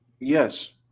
Yes